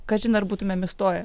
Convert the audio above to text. kažin ar būtumėm įstoję